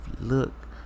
look